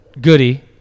Goody